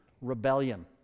rebellion